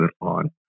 on